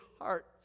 heart